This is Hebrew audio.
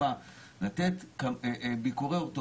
באמת נכון - צריך לומר שנשמעה ביקורת ציבורית מאוד רבה על הנושא הזה,